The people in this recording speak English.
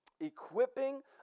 equipping